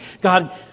God